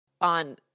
on